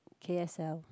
K_S_L